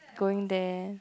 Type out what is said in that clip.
going there